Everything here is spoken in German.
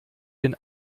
den